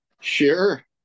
Sure